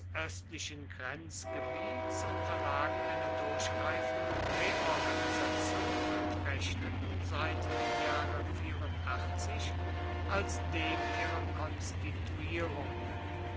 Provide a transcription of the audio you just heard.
östlichen grenzgebiets unterlagen einer durchgreifenden reorganisation und rechneten seit dem jahre als dem ihrer konstituierung